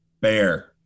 bear